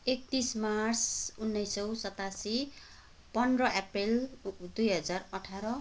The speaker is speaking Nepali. एकतिस मार्च उन्नाइस सौ सतासी पन्ध्र एप्रिल दुई हजार अठार